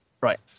Right